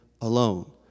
alone